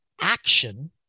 action